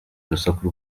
urusaku